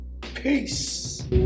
Peace